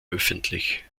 öffentlich